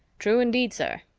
true indeed, sir,